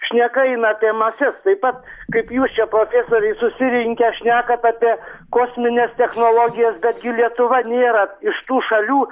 šneka eina apie mases taip pat kaip jūs čia profesoriai susirinkę šnekat apie kosmines technologijas bet gi lietuva nėra iš tų šalių